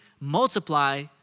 multiply